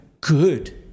Good